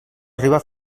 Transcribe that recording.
arriba